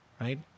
right